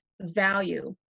value